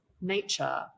nature